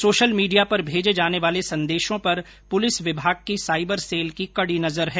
social media पर भेजे जाने वाले संदेशों पर पुलिस विभाग की साईबर सेल की कडी नजर है